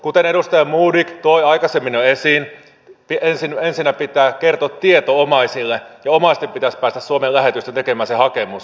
kuten edustaja modig toi aikaisemmin jo esiin ensinnä pitää kertoa tieto omaisille ja omaisten pitäisi päästä suomen lähetystöön tekemään se hakemus